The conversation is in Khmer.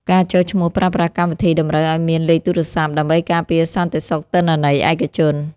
ការចុះឈ្មោះប្រើប្រាស់កម្មវិធីតម្រូវឱ្យមានលេខទូរសព្ទ ដើម្បីការពារសន្តិសុខទិន្នន័យឯកជន។